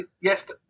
yes